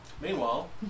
Meanwhile